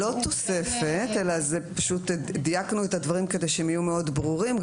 זאת לא תוספת אלא דייקנו את הדברים כדי שהם יהיו מאוד ברורים.